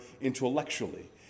intellectually